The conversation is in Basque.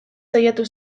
saiatu